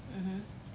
mmhmm